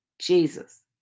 Jesus